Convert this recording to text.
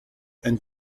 and